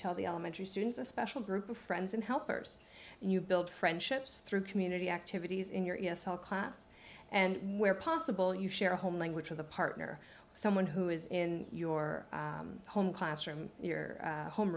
tell the elementary students a special group of friends and helpers and you build friendships through community activities in your yes all class and where possible you share a home language with a partner someone who is in your home classroom your home